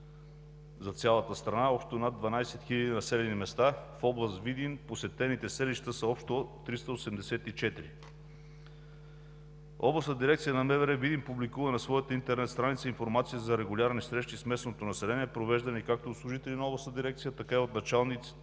са посетени общо над 12 хиляди населени места. В област Видин посетените селища са общо 384. Областната дирекция на МВР – Видин, публикува на своята интернет страница информация за регулярни срещи с местното население, провеждани както от служители на областната дирекция, така и от началника